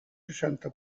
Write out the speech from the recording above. seixanta